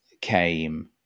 came